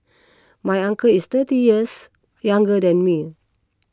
my uncle is thirty years younger than me